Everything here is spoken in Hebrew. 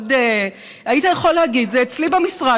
היית יכול להגיד: זה אצלי במשרד,